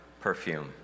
perfume